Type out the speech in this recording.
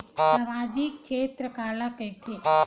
सामजिक क्षेत्र काला कइथे?